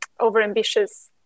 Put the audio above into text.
overambitious